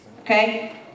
okay